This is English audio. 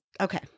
Okay